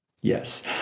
yes